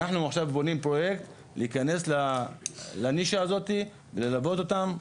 אנחנו עכשיו בונים פרויקט שיכנס לנישה הזאת וללוות אותם,